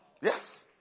Yes